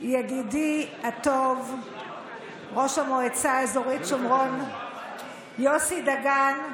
ידידי הטוב ראש המועצה האזורית שומרון יוסי דגן,